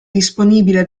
disponibile